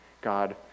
God